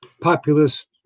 populist